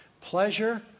pleasure